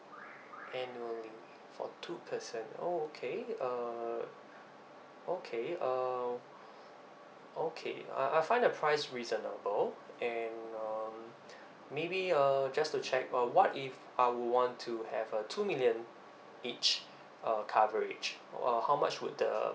annually for two person oh okay uh okay uh okay uh I find the price reasonable and um maybe err just to check uh what if I would want to have a two million each uh coverage or how much would the